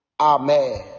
amen